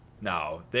No